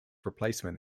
replacement